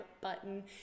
button